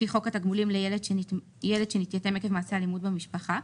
לפי חוק התגמולים לילד שנתייתם עקב מעשה אלימות במשפחה,